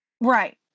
Right